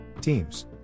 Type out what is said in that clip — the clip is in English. Teams